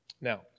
Now